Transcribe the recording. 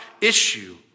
issue